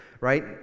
right